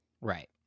right